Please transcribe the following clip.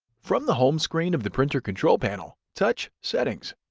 from the home screen of the printer control panel, touch settings,